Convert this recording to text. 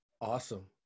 Awesome